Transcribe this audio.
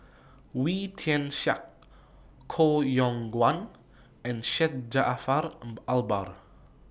Wee Tian Siak Koh Yong Guan and Syed Jaafar Albar